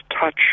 touch